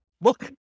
look